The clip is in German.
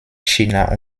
china